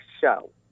show